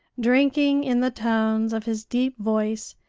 drinking in the tones of his deep voice,